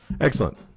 Excellent